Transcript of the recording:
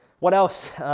what else?